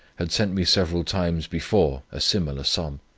had sent me several times before a similar sum.